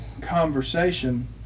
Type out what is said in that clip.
conversation